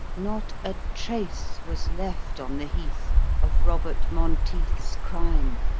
not a trace was left on the heath of robert monteith's crime